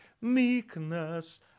meekness